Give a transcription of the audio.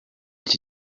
iki